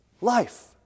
life